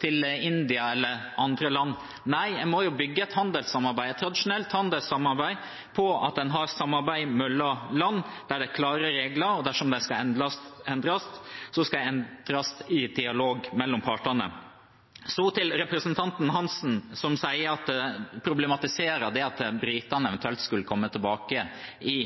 til India eller andre land? Nei, en må bygge et tradisjonelt handelssamarbeid på at en har samarbeid mellom land der det er klare regler, og at dersom de skal endres, skal de endres i dialog mellom partene. Så til representanten Hansen, som problematiserer at britene eventuelt skulle komme tilbake i